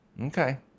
Okay